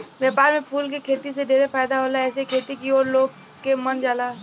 व्यापार में फूल के खेती से ढेरे फायदा होला एसे खेती की ओर लोग के मन जाला